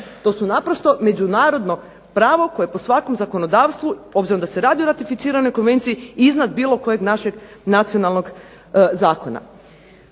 To su naprosto međunarodno pravo koje po svakom zakonodavstvu, obzirom da se radi o ratificiranoj konvenciji, iznad bilo kojeg našeg nacionalnog zakona.